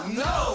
no